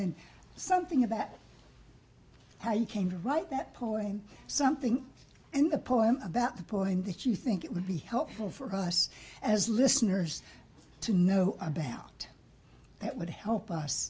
then something about how you came to write that poem something in the poem about the point that you think it would be helpful for us as listeners to know about that would help us